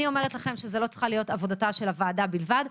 אני אומרת לכם שזו לא צריכה להיות עבודתה של הוועדה בלבד.